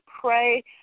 pray